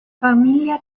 familia